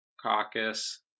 Caucus